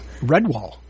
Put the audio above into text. Redwall